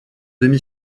demi